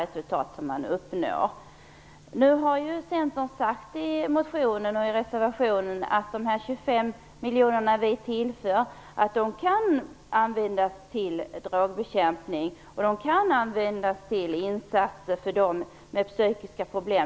Vi har från Centern i motionen och i reservationen sagt att de 25 miljoner som vi föreslår kan användas till drogbekämpning och till insatser för dem som har psykiska problem.